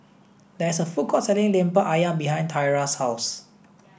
there is a food court selling Lemper Ayam behind Thyra's house